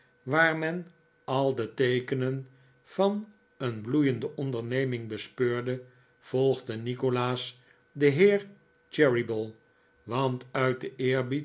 waar men al de teekenen van een bloeiende onderneming bespeurde volgde nikolaas den heer cheeryble want uit den